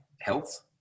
health